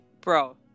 bro